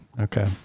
okay